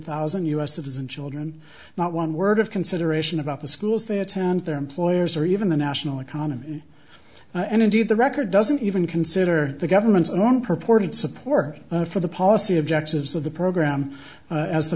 thousand u s citizen children not one word of consideration about the schools they attend their employers or even the national economy and indeed the record doesn't even consider the government's own purported support for the policy objectives of the program as the